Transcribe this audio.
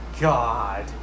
God